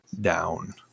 down